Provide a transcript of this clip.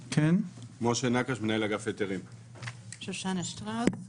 מצד ארגונים יציגים,